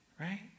Right